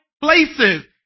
places